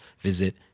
visit